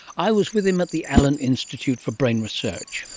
i was with him at the allen institute for brain research,